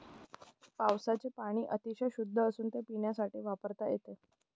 पावसाचे पाणी अतिशय शुद्ध असून ते पिण्यासाठी वापरता येते